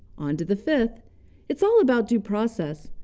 on to the fifth it's all about due process.